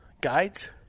guides